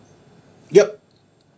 yup